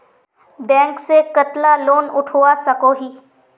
Bank से कतला loan उठवा सकोही?